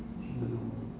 belum